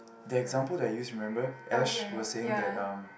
the example that I use remember Ash was saying that um